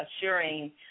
assuring